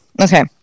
okay